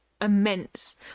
immense